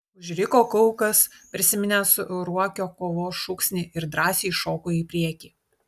užriko kaukas prisiminęs ruokio kovos šūksnį ir drąsiai šoko į priekį